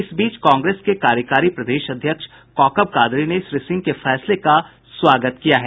इस बीच कांग्रेस के कार्यकारी प्रदेश अध्यक्ष कौकब कादरी ने श्री सिंह के फैसले का स्वागत किया है